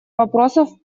вопросов